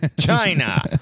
China